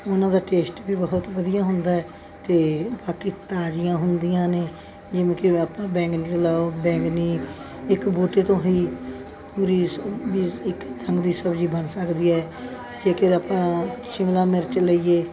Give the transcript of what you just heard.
ਉਹਨਾਂ ਦਾ ਟੇਸਟ ਵੀ ਬਹੁਤ ਵਧੀਆ ਹੁੰਦਾ ਅਤੇ ਬਾਕੀ ਤਾਜ਼ੀਆਂ ਹੁੰਦੀਆਂ ਨੇ ਜਿਵੇਂ ਕਿ ਆਪਾਂ ਬੈਂਗਣੀ ਲਓ ਬੈਂਗਣੀ ਇੱਕ ਬੂਟੇ ਤੋਂ ਹੀ ਪੂਰੀ ਵੀ ਇੱਕ ਡੰਗ ਦੀ ਸਬਜ਼ੀ ਬਣ ਸਕਦੀ ਹੈ ਜੇ ਕਿਤੇ ਆਪਾਂ ਸ਼ਿਮਲਾ ਮਿਰਚ ਲਈਏ